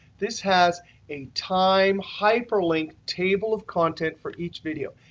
this has a time hyperlink table of content for each video.